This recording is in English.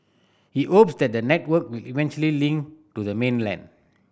he hopes that the network will eventually link to the mainland